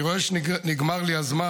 אני רואה שנגמר לי הזמן.